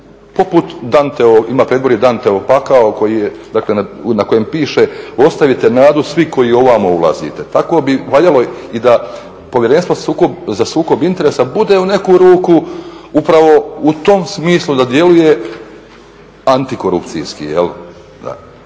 poput Danteo, ima predvorje Danteov pakao koji je dakle na kojem piše "ostavite nadu svi koji ovamo ulazite.". Tako bi valjalo i da Povjerenstvo za sukob interesa bude u neku ruku upravo u tom smislu da djeluje antikorupcijski.